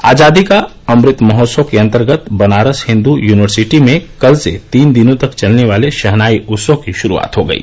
आजादी का अमृत महोत्सव के अन्तर्गत बनारस हिन्दू यूनिवर्सिटी में कल से तीन दिनों तक चलने वाले शहनाई उत्सव की श्रूआत हो गयी